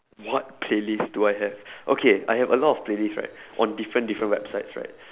what playlist do I have okay I have a lot of playlist right on different different website right